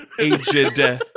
aged